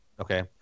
Okay